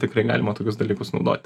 tikrai galima tokius dalykus naudoti